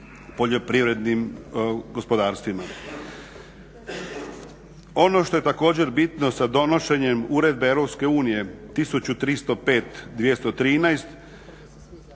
poljoprivrednim gospodarstvima. Ono što je također bitno sa donošenjem Uredbe EU 1305/213